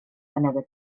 another